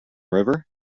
river